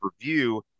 review